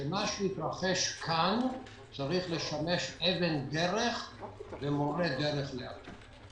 שמה שהתרחש כאן צריך לשמש אבן דרך ומורה דרך לעתיד.